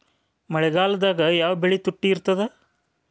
ಮಳೆಗಾಲದಾಗ ಯಾವ ಬೆಳಿ ತುಟ್ಟಿ ಇರ್ತದ?